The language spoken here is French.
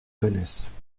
connaissent